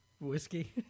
Whiskey